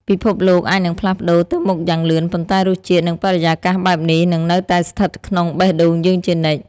ពិភពលោកអាចនឹងផ្លាស់ប្តូរទៅមុខយ៉ាងលឿន ប៉ុន្តែរសជាតិ និងបរិយាកាសបែបនេះនឹងនៅតែស្ថិតក្នុងបេះដូងយើងជានិច្ច។